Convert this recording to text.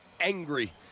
angry